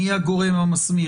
מי הגורם המסמיך.